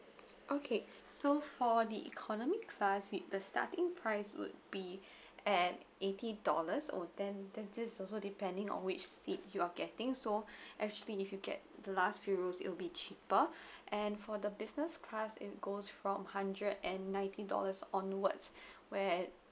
okay so for the economy class with the starting price would be at eighty dollars oh ten this also depending on which seat you are getting so actually if you get the last few rows it will be cheaper and for the business class it goes from hundred and ninety dollars onwards where